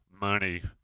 money